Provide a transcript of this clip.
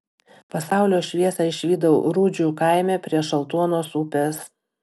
pasaulio šviesą išvydau rudžių kaime prie šaltuonos upės